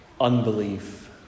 unbelief